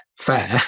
FAIR